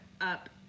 up